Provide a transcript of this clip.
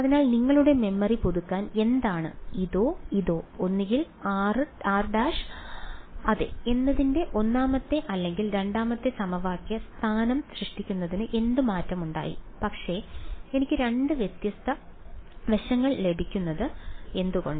അതിനാൽ നിങ്ങളുടെ മെമ്മറി പുതുക്കാൻ എന്താണ് ഇതോ ഇതോ ഒന്നുകിൽ r′ അതെ എന്നതിന്റെ ഒന്നാമത്തെ അല്ലെങ്കിൽ രണ്ടാമത്തെ സമവാക്യ സ്ഥാനം സൃഷ്ടിക്കുന്നതിന് എന്ത് മാറ്റമുണ്ടായി പക്ഷേ എനിക്ക് രണ്ട് വ്യത്യസ്ത വശങ്ങൾ ലഭിക്കുന്നത് എന്തുകൊണ്ട്